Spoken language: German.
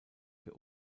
für